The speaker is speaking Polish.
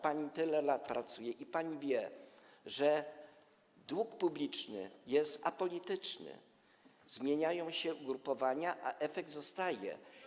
Pani tyle lat pracuje i pani wie, że dług publiczny jest apolityczny, zmieniają się ugrupowania, a efekt zostaje.